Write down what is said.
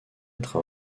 être